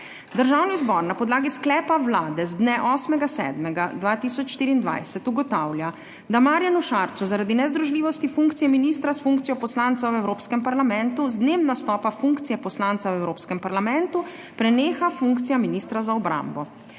Državni zbor na podlagi sklepa Vlade z dne 8. 7. 2024 ugotavlja, da Marjanu Šarcu zaradi nezdružljivosti funkcije ministra s funkcijo poslanca v Evropskem parlamentu z dnem nastopa funkcije poslanca v Evropskem parlamentu preneha funkcija ministra za obrambo.